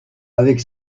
avec